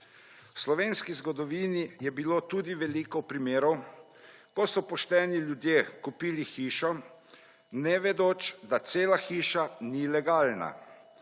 V slovenski zgodovini je bilo tudi veliko primerov, ko so pošteni ljudje kupili hišo, ne vedoč, da cela hiša ni legalna.